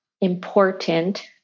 important